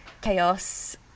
chaos